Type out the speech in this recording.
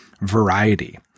variety